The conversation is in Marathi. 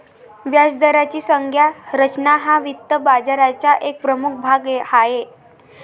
व्याजदराची संज्ञा रचना हा वित्त बाजाराचा एक प्रमुख भाग आहे